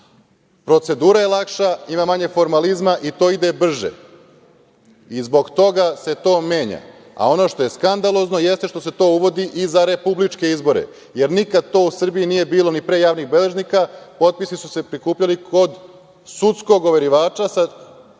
je lakša, ima manje formalizma i to ide brže i zbog toga se to menja, a ono što je skandalozno jeste što se to uvodi i za republičke izbore, jer nikada to u Srbiji nije bilo, ni pre javnih beležnika. Potpisi su se prikupljali kod sudskog overivača na